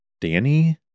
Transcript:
Danny